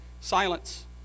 silence